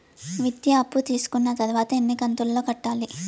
విద్య అప్పు తీసుకున్న తర్వాత ఎన్ని కంతుల లో కట్టాలి?